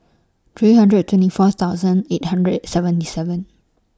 three hundred and twenty four thousand eight hundred and seventy seven